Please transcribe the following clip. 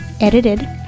Edited